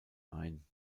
ein